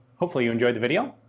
hopefully you enjoyed the video.